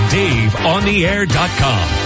daveontheair.com